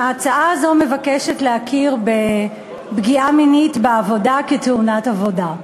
ההצעה הזאת מבקשת להכיר בפגיעה מינית בעבודה כתאונת עבודה.